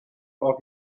off